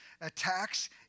Attacks